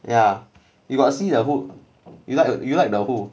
yeah you got see the who you like to you like the who